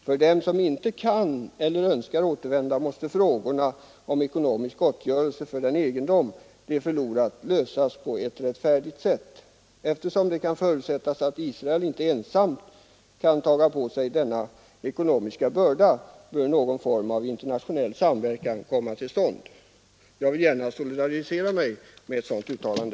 För dem som inte kan eller önskar återvända måste frågorna om ekonomisk gottgörelse för den egendom de förlorat lösas på ett rättfärdigt sätt. Eftersom det kan förutsättas att Israel inte ensamt kan taga på sig denna ekonomiska börda, bör någon form av internationell samverkan komma till stånd.” Jag vill gärna solidarisera mig med ett sådant uttalande.